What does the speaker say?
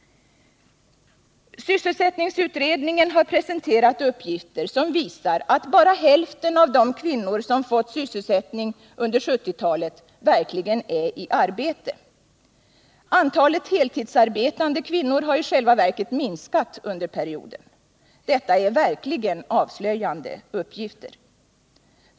Sysselsättningsutredningen har presenterat uppgifter som visar att bara hälften av de kvinnor som fått sysselsättning under 1970-talet verkligen är i arbete. Antalet heltidsanställda kvinnor har i själva verket minskat under perioden. Detta är verkligen avslöjande uppgifter.